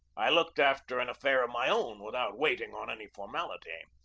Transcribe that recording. i looked after an affair of my own without waiting on any formality.